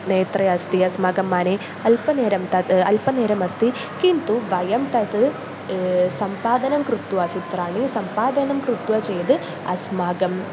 नेत्रे अस्ति अस्माकं मनसि अल्पनेरं तत् अल्पनेरमस्ति किन्तु वयं तत् सम्पादनं कृत्वा चित्राणि सम्पादनं कृत्वा चेत् अस्माकम्